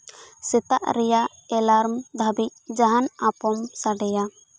ᱥᱮᱛᱟ ᱨᱮᱭᱟᱜ ᱮᱞᱟᱨᱢ ᱫᱷᱟᱹᱵᱤᱡ ᱡᱟᱦᱟᱱ ᱟᱯᱚᱢ ᱥᱟᱰᱮᱭᱟ